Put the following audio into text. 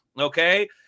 Okay